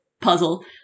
puzzle